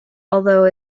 although